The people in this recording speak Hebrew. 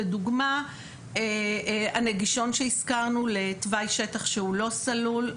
לדוגמה הנגישון שהזכרנו לתוואי שטח שהוא לא סלול,